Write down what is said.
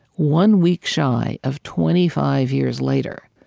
one week shy of twenty five years later,